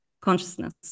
consciousness